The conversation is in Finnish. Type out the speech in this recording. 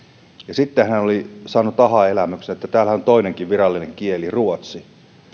sitten hän oli saanut ahaa elämyksen että täällähän on toinenkin virallinen kieli ruotsi